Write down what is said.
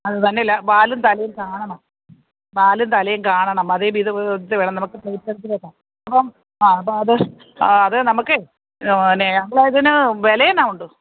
അത് തന്നെയല്ല വാലും തലയും കാണണം വാലും തലയും കാണണം അതേ വിധം വിധത്തിൽ വേണം നമുക്ക് പ്ലേറ്റിലോട്ട് വയ്ക്കാൻ അപ്പോൾ ആ അപ്പോൾ അത് ആ അത് നമ്മൾക്ക് പിന്നേ നമ്മൾ ഇതിന് വില എന്നാ ഉണ്ട്